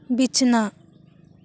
ᱵᱤᱪᱷᱱᱟᱹ